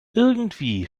irgendwie